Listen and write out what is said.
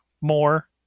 more